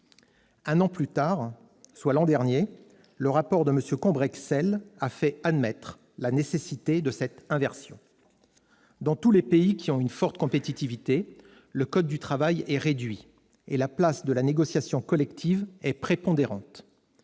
Un an plus tard, soit l'année dernière, le rapport de M. Combrexelle a fait admettre la nécessité de cette inversion. Dans tous les pays qui ont une compétitivité forte, le code du travail est réduit et la place de la négociation collective est prépondérante.